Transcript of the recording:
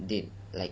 they like